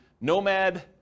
Nomad